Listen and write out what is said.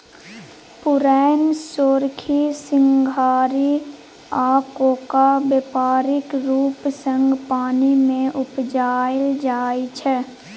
पुरैण, सोरखी, सिंघारि आ कोका बेपारिक रुप सँ पानि मे उपजाएल जाइ छै